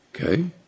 Okay